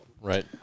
Right